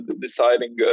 deciding